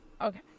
Okay